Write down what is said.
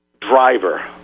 driver